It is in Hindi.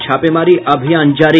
छापेमारी अभियान जारी